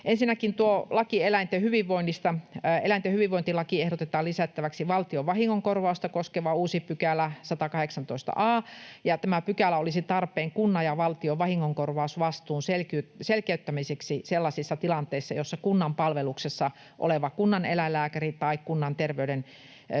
Ensinnäkin eläinten hyvinvointilakiin ehdotetaan lisättäväksi valtion vahingonkorvausta koskeva uusi 118 a §, ja tämä pykälä olisi tarpeen kunnan ja valtion vahingonkorvausvastuun selkeyttämiseksi sellaisissa tilanteissa, joissa kunnan palveluksessa oleva kunnaneläinlääkäri tai kunnan terveydensuojeluvalvontaa